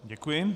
Děkuji.